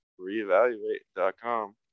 reevaluate.com